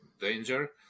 danger